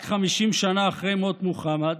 רק 50 שנה אחרי מות מוחמד,